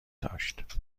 داشت